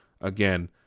Again